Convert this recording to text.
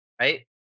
right